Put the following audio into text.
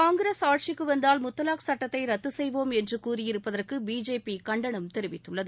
காங்கிரஸ் ஆட்சிக்கு வந்தால் முத்தலாக் சட்டத்தை ரத்து செய்வோம் என்று கூறியிருப்பதற்கு பிஜேபி கண்டனம் தெரிவித்துள்ளது